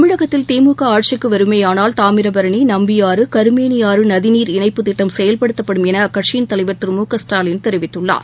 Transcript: தமிழகத்தில் திமுக ஆட்சிக்கு வருமேயானால் தாமிரபரணி நம்பியாறு கருமேனியாறு நதிநீர் இணைப்புத் திட்டம் செயல்படுத்தப்படும் என அக்கட்சியின் தலைவர் திரு மு க ஸ்டாலின் தெரிவித்துள்ளார்